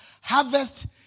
Harvest